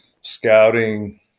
scouting